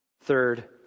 third